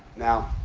now,